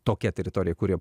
tokia teritorija kuri